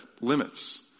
limits